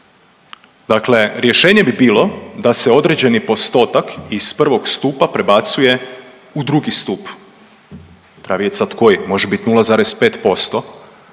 Dakle rješenje bi bilo da se određeni postotak iz 1. stupa prebacuje u 2. stup. Treba vidjet sad koji, može biti 0,5%